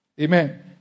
Amen